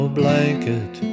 blanket